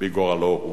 בגורלו הוא.